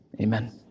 Amen